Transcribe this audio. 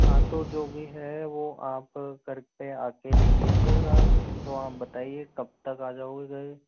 हाँ तो जो भी है वो आप आ के देख लीजिएगा तो आप बताइए कब तक आ जाओगे